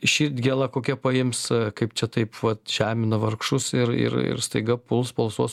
širdgėla kokia paims kaip čia taip vat žemina vargšus ir ir ir staiga puls balsuos